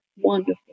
Wonderful